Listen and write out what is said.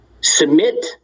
Submit